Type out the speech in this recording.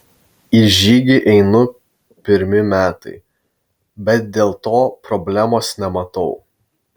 į žygį einu pirmi metai bet dėl to problemos nematau